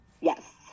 Yes